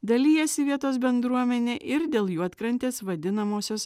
dalijasi vietos bendruomenė ir dėl juodkrantės vadinamosios